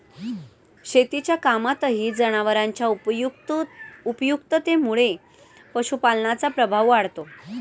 शेतीच्या कामातही जनावरांच्या उपयुक्ततेमुळे पशुपालनाचा प्रभाव वाढतो